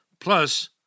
Plus